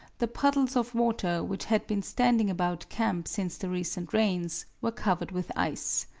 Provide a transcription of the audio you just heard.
the puddles of water, which had been standing about camp since the recent rains, were covered with ice.